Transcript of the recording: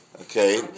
Okay